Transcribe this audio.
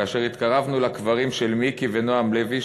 כאשר התקרבנו לקברים של מיקי ונועם לוי,